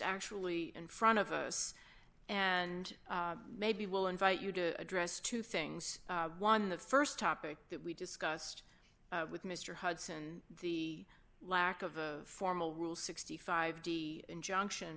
actually in front of us and maybe we'll invite you to address two things one the st topic that we discussed with mr hudson the lack of a formal rule sixty five the injunction